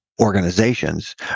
organizations